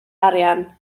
arian